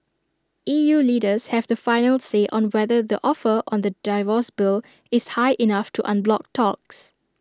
E U leaders have the final say on whether the offer on the divorce bill is high enough to unblock talks